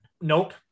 Nope